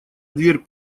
дверь